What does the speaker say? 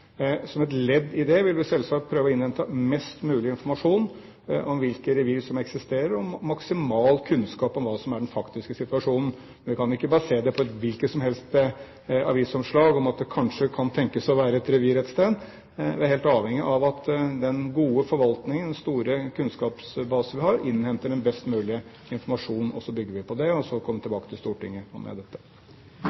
Som et ledd i det vil vi selvsagt prøve å innhente mest mulig informasjon om hvilke revir som eksisterer, og maksimal kunnskap om hva som er den faktiske situasjonen. Vi kan ikke basere det på et hvilket som helst avisoppslag om at det kanskje kan tenkes å være et revir et sted. Vi er helt avhengige av at den gode forvaltningen, den store kunnskapsbase vi har, innhenter en best mulig informasjon. Så bygger vi på det, og så kommer vi tilbake til